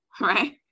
right